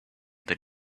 that